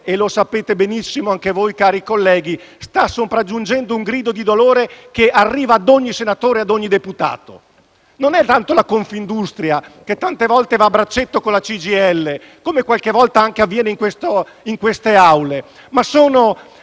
- come sapete benissimo anche voi, cari colleghi - sta giungendo un grido di dolore, che arriva ad ogni senatore e ad ogni deputato. Non è tanto la Confindustria, che tante volte va a braccetto con la CGIL, come qualche volta avviene anche in queste Aule, ma sono